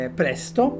presto